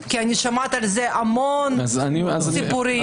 אני שומעת על זה המון סיפורים.